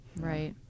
Right